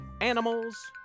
animals